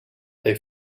they